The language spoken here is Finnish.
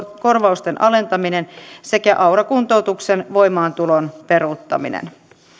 korvausten alentaminen sekä aura kuntoutuksen voimaantulon peruuttaminen